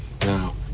now